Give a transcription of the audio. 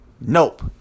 Nope